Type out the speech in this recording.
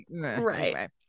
Right